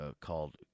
called